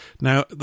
Now